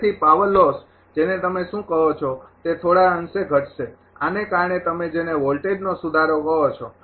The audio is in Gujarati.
તેથી પાવર લોસ જેને તમે કહો શું કહો છો તે થોડા અંશે ઘટશે આને કારણે તમે જેને વોલ્ટેજનો સુધારો કહો છો